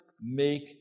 make